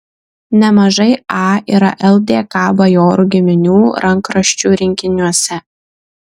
nemažai a yra ldk bajorų giminių rankraščių rinkiniuose